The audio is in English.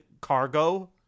cargo